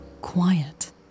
quiet